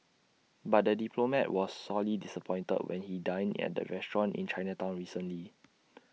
but the diplomat was sorely disappointed when he dined at the restaurant in Chinatown recently